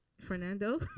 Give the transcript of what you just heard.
Fernando